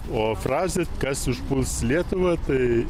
o frazė kas užpuls lietuvą tai